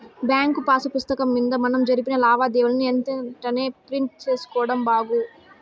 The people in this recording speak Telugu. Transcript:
బ్యాంకు పాసు పుస్తకం మింద మనం జరిపిన లావాదేవీలని ఎంతెంటనే ప్రింట్ సేసుకోడం బాగు